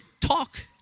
talk